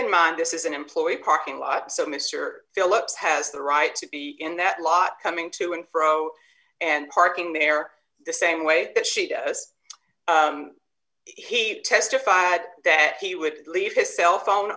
in mind this is an employee parking lot so mr phillips has the right to be in that lot coming to and fro and parking there the same way that she does he testified that he would leave his cell phone